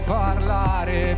parlare